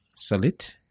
Salit